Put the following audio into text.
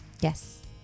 Yes